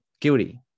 guilty